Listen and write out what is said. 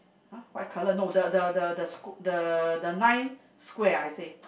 !huh! white color no the the the sq~ the the nine square I say